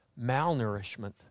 malnourishment